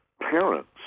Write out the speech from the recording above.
parents